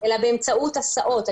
אמצעות הסעות.